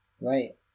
Right